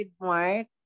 Mark